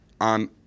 on